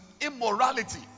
Immorality